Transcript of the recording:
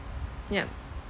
yup